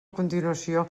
continuació